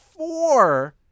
four